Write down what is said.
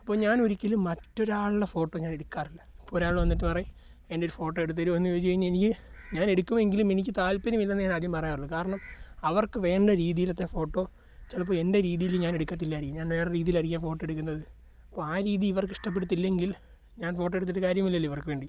അപ്പോൾ ഞാൻ ഒരിക്കലും മറ്റൊരാളുടെ ഫോട്ടോ ഞാനെടുക്കാറില്ല ഇപ്പോഴൊരാൾ വന്നിട്ട് പറയും എൻ്റെയൊരു ഫോട്ടോ എടുത്തു തരുമോയെന്ന് ചോദിച്ചു കഴിഞ്ഞാൽ എനിക്ക് ഞാൻ എടുക്കുമെങ്കിലും എനിക്ക് താൽപ്പര്യമില്ലെന്ന് ഞാനാദ്യം പറയാറുള്ളു കാരണം അവർക്ക് വേണ്ട രീതിയിലത്തെ ഫോട്ടോ ചിലപ്പോൾ എൻ്റെ രീതിയിൽ ഞാൻ എടുക്കത്തില്ലായിരിക്കാം ഞാൻ വേറെ രീതിയിലായിരിക്കും ആ ഫോട്ടോ എടുക്കുന്നത് അപ്പോൾ ആ രീതിയിൽ ഇവർക്ക് ഇഷ്ടപ്പെടത്തില്ലെങ്കിൽ ഞാൻ ഫോട്ടോ എടുത്തിട്ട് കാര്യമില്ലല്ലോ ഇവർക്ക് വേണ്ടി